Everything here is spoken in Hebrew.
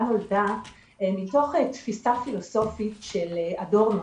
נולדה מתוך תפיסה פילוסופית של אדורנוף,